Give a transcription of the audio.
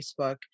Facebook